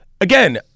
Again